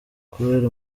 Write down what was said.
kubera